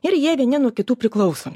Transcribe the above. ir jie vieni nuo kitų priklauso